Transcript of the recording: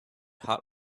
hot